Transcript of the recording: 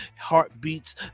heartbeats